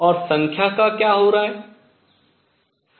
और संख्या का क्या हो रहा है